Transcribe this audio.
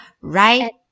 right